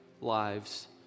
lives